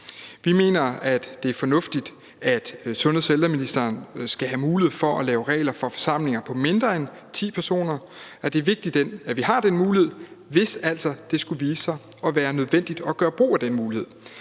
Vi mener, at det er fornuftigt, at sundheds- og ældreministeren skal have mulighed for at lave regler for forsamlinger på mindre end 10 personer, at det er vigtigt, at vi har den mulighed, hvis det altså skulle vise sig at være nødvendigt at gøre brug af den mulighed.